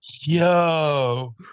Yo